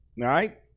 right